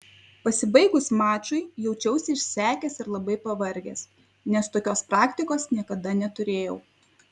pasibaigus mačui jaučiausi išsekęs ir labai pavargęs nes tokios praktikos niekada neturėjau